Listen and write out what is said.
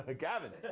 ah gavin?